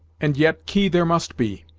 and yet key there must be,